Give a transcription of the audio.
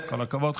כל הכבוד,